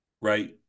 right